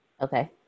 okay